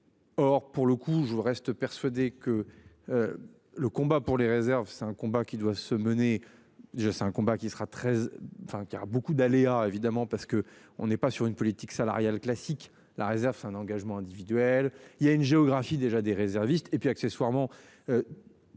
Or, pour le coup je vous reste persuadé que. Le combat pour les réserves. C'est un combat qui doit se mener. Je, c'est un combat qui sera très enfin qui a beaucoup d'aléas, évidemment parce que on est pas sur une politique salariale classique, la réserve un engagement individuel. Il y a une géographie déjà des réservistes et puis accessoirement.